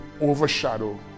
overshadow